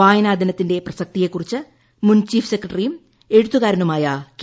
വായനാ ദിനത്തിന്റെ പ്രസക്തിയെ കുറിച്ച് മുൻ ചീഫ് സെക്രട്ടറിയും എഴുത്തുകാരനുമായ കെ